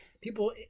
People